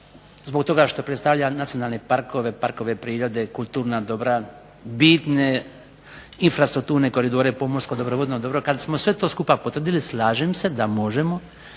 zbog toga što predstavlja nacionalne parkove, parkove prirode, kulturna dobra, bitne infrastrukturne koridore, pomorsko dobro, vodno dobro, kada smo sve to potvrdili slažem se da možemo